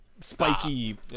spiky